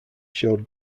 showed